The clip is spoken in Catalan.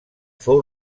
fou